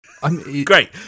Great